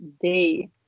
day